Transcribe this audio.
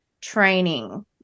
training